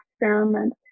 experiment